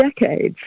decades